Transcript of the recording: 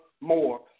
more